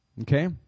okay